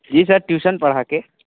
जी sir tuition पढ़ा के